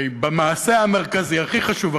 הרי במעשה המרכזי הכי חשוב,